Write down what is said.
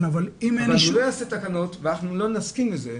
אבל הוא לא יעשה תקנות ואנחנו לא נסכים לזה,